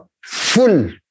full